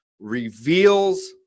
reveals